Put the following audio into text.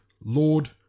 Lord